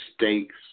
mistakes